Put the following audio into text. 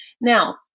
now